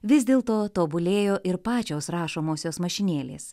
vis dėl to tobulėjo ir pačios rašomosios mašinėlės